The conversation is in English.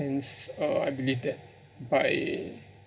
hence uh I believe that by